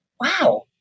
wow